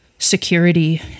security